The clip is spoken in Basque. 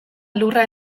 lurra